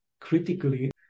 critically